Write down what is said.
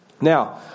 Now